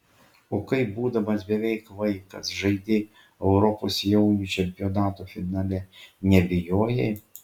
o kai būdamas beveik vaikas žaidei europos jaunių čempionato finale nebijojai